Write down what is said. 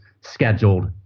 scheduled